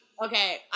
Okay